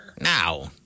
Now